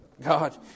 God